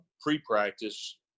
pre-practice